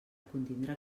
contindre